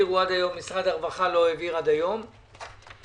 משרד הרווחה לא העביר עד היום למשפחתונים,